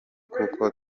kuko